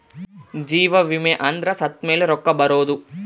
ಜೀವ ವಿಮೆ ಅಂದ್ರ ಸತ್ತ್ಮೆಲೆ ರೊಕ್ಕ ಬರೋದು